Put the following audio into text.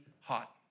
hot